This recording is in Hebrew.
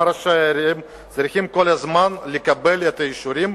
ראשי הערים צריכים לקבל את האישורים,